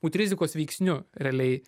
būt rizikos veiksniu realiai